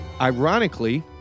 Ironically